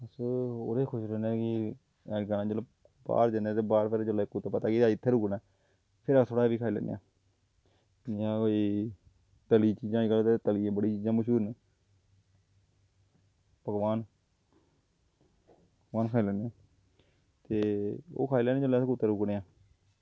ते ओह्दी च खुश रौहन्ने कि मतलब कि अज्जकल प्हाड़ जन्ने ते प्हाड़ पर जिसलै पता ही ऐ कि इत्थें रुकना फिर अस हैवी खाई लैन्ने आं इ'यां कोई तली दियां चीज़ां अज्जकल तली दियां चीज़ां बड़ियां मश्हूर न पकवान पकवान खाई लैन्ने आं ते ओह् खआई लैन्ने आं जिसलै अस कुतै रुकने आं